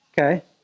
Okay